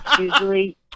usually